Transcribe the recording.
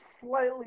slightly